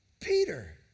Peter